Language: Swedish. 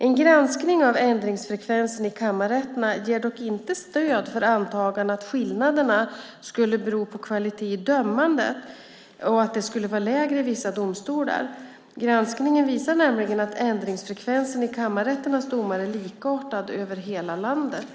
En granskning av ändringsfrekvensen i kammarrätterna ger dock inte stöd för antagandet att skillnaderna skulle bero på att kvaliteten i dömandet skulle vara lägre i vissa domstolar. Granskningen visar nämligen att ändringsfrekvensen i kammarrätternas domar är likartad över hela landet.